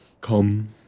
Come